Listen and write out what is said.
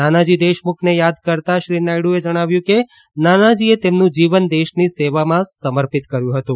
નાનાજી દેશમુખને યાદ કરતાં શ્રી નાયડુએ જણાવ્યું કે નાનાજીએ તેમનું જીવન દેશની સેવામાં સમર્પિત કર્યું હતું